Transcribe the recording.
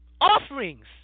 offerings